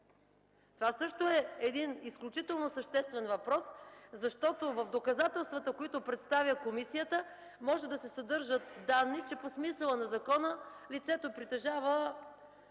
Това също е един изключително съществен въпрос, защото в доказателствата, които представя комисията, може да се съдържат данни, че по смисъла на закона лицето притежава